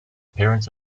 parents